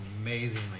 amazingly